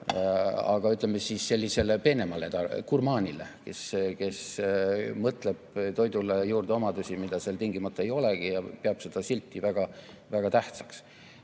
Ütleme siis, et sellisele peenemale tarbijale, gurmaanile, kes mõtleb toidule juurde omadusi, mida seal tingimata ei olegi, ja peab seda silti väga tähtsaks.